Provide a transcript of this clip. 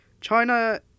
China